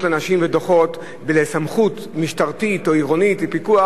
לאנשים ודוחות בסמכות משטרתית או עירונית ופיקוח,